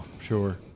sure